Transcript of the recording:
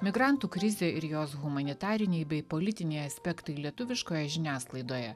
migrantų krizė ir jos humanitariniai bei politiniai aspektai lietuviškoje žiniasklaidoje